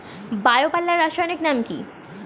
Bio পাল্লার রাসায়নিক নাম কি?